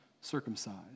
circumcised